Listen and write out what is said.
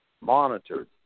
Monitored